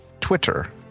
Twitter